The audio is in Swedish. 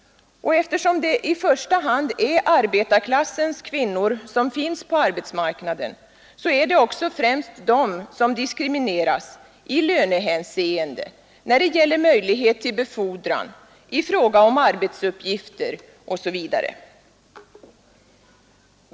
Och eftersom det i första hand är arbetarklassens kvinnor som finns på arbetsmarknaden är det också främst de som diskrimineras i lönehänseende, när det gäller möjlighet till befodran, i fråga om arbetsuppgifter osv.